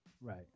Right